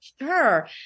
Sure